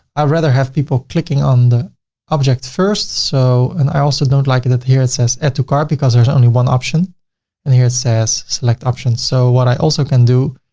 i'd rather have people clicking on the object first. so, and i also don't like it at the here. it says add to cart because there's only one option and here it says select option. so what i also can do,